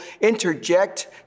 interject